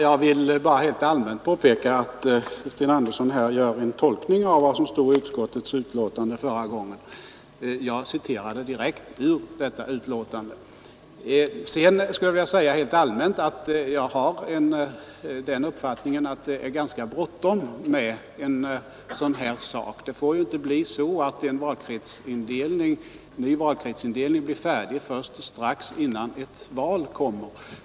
Herr talman! Herr Sten Andersson gör här en tolkning av vad som stod i utskottets betänkande förra gången. Jag citerade direkt ur betänkandet. Rent allmänt skulle jag vilja säga att det är bråttom med en sådan här utredning. Det får inte bli så att en ny valkretsindelning blir färdig strax före ett val.